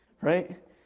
Right